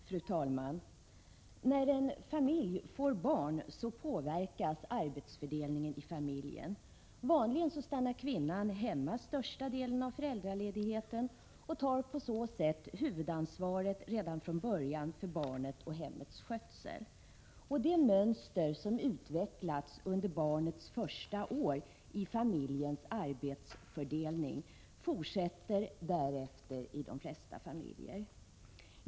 Fru talman! När en familj får barn påverkas arbetsfördelningen i familjen. Vanligen stannar kvinnan hemma under största delen av föräldraledigheten och tar på så sätt redan från början huvudansvaret för barnet och hemmets skötsel. Det mönster som utvecklats under barnets första år i familjens arbetsfördelning fortsätter därefter i de flesta familjer.